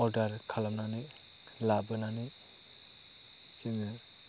order खालामनानै लाबोनानै जोङो